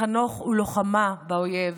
חנוך הוא לוחמה באויב